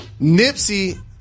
Nipsey